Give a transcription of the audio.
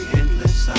endless